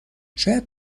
شاید